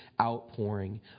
outpouring